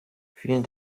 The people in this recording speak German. vielen